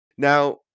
Now